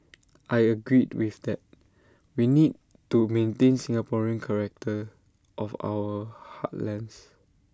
I agreed with that we need to maintain the Singaporean character of our heartlands